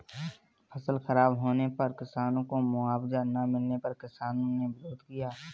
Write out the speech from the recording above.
फसल खराब होने पर किसानों को मुआवजा ना मिलने पर किसानों ने विरोध किया